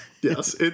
Yes